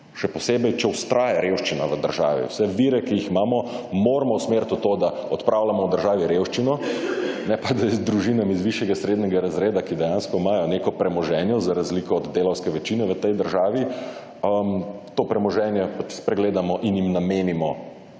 Še posebej, če vztraja revščina v državi. Vse vire, ki jih imamo, moramo usmeriti v to, da odpravljamo v državi revščino, ne pa da družinam iz višjega srednjega razreda, ki dejansko imajo neko premoženje za razliko od delavske večine v tej državi, to premoženje pač spregledamo in jim namenimo